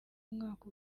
umwaka